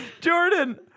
Jordan